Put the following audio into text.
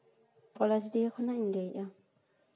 ᱯᱚᱞᱟᱥᱰᱤᱦᱟ ᱠᱷᱚᱱᱟᱜ ᱤᱧ ᱞᱟᱹᱭ ᱮᱜᱼᱟ